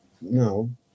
no